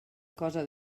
cosa